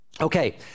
Okay